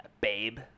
babe